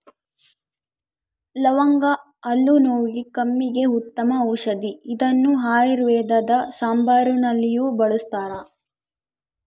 ಲವಂಗ ಹಲ್ಲು ನೋವಿಗೆ ಕೆಮ್ಮಿಗೆ ಉತ್ತಮ ಔಷದಿ ಇದನ್ನು ಆಯುರ್ವೇದ ಸಾಂಬಾರುನಲ್ಲಿಯೂ ಬಳಸ್ತಾರ